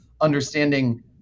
understanding